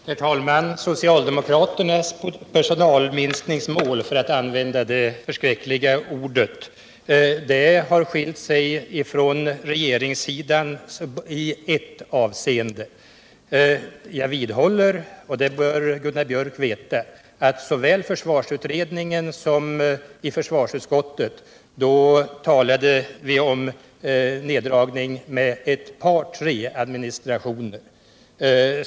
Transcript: Herr talman! Socialdemokraternas personalminskningsmål — för att använda det förskräckliga ordet — har skilt sig från regeringssidans i ett avseende. Jag vidhåller, och det bör Gunnar Björk veta, att i såväl försvarsutredningen som försvarsutskottet talade vi om nedläggning med ett par tre administrationer.